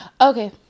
Okay